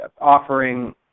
offering